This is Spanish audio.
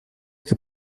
que